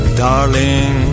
darling